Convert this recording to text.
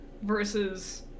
versus